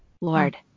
Lord